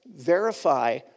verify